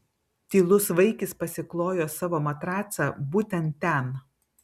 tylus vaikis pasiklojo savo matracą būtent ten